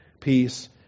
Peace